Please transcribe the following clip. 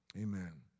Amen